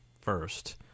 first